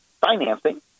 financing